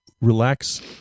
relax